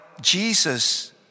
Jesus